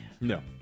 No